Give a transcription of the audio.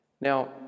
Now